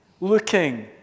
looking